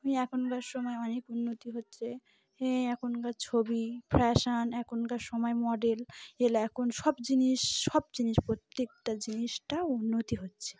এখনকার সময় অনেক উন্নতি হচ্ছে হ্যাঁ এখনকার ছবি ফ্যাশান এখনকার সময় মডেল এলে এখন সব জিনিস সব জিনিস প্রত্যেকটা জিনিসটা উন্নতি হচ্ছে